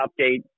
update